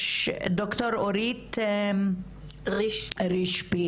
דוקטור אורית רישפי,